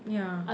ya